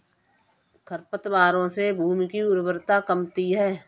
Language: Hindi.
खरपतवारों से भूमि की उर्वरता कमती है